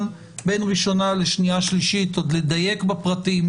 בין ראשונה לשנייה ושלישית עוד לדייק בפרטים,